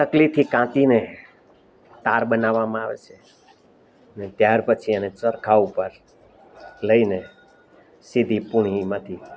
તકલીથી કાંતીને તાર બનાવવામાં આવે છે ને ત્યાર પછી એને ચરખા ઉપર લઈને સીધી પૂણીમાંથી